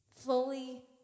Fully